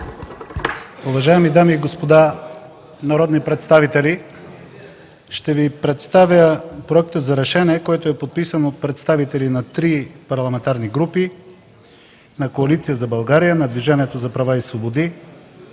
Уважаеми дами и господа народни представители, ще Ви представя проекта за решение, който е подписан от представители на три парламентарни групи – на Коалиция за България, на Движението за права и свободи